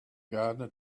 gardener